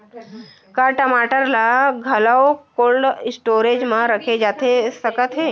का टमाटर ला घलव कोल्ड स्टोरेज मा रखे जाथे सकत हे?